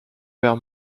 père